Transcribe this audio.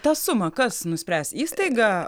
tą sumą kas nuspręs įstaiga